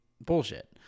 bullshit